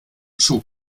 schub